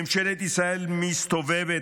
ממשלת ישראל מסתובבת